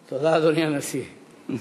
תודה, אדוני הנשיא.